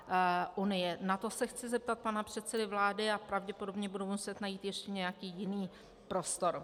Na to se chci zeptat pana předsedy vlády a pravděpodobně budu muset najít ještě nějaký jiný prostor.